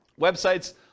websites